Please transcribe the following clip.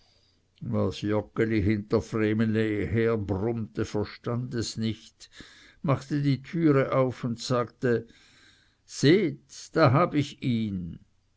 was joggeli hinter vreneli her brummte verstand es nicht machte die türe auf und sagte seht da hab ich ihn